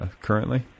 currently